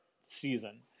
season